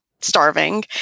starving